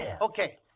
Okay